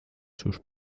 sus